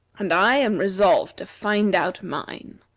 and i am resolved to find out mine.